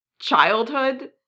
childhood